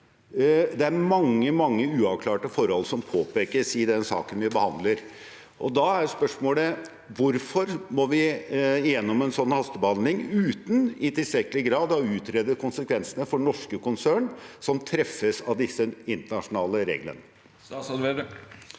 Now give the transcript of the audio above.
mange, mange uavklarte forhold som påpekes i den saken vi behandler, og da er spørsmålet: Hvorfor må vi gjennom en sånn hastebehandling uten i tilstrekkelig grad å utrede konsekvensene for norske konserner som treffes av disse internasjonale reglene?